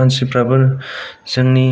मानसिफ्राबो जोंनि